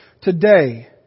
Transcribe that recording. today